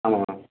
ஆமாம் மேடம்